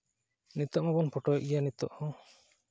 ᱱᱤᱛᱚᱜ ᱦᱚᱸᱵᱚᱱ ᱯᱷᱳᱴᱳᱭᱮᱫ ᱜᱮᱭᱟ ᱱᱤᱛᱚᱜ ᱦᱚᱸ